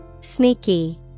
Sneaky